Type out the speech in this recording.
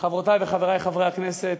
חברותי וחברי חברי הכנסת,